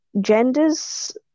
genders